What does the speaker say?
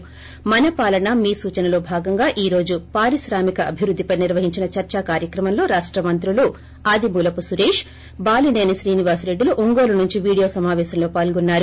మన పాలన మీ సూచన లో భాగంగా ఈ రోజు పారిశ్రామికాభివృద్దిపై నిర్వహించిన చర్చా కార్యక్రమంలో రాష్ట మంత్రులు ఆదిమూలపు సురేష్ బాలినేని శ్రీనివాసరెడ్డిలు ఒంగోలు నుంచి వీడియో సమాపేశంలో పాల్గొన్నారు